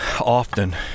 Often